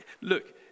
Look